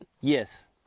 Yes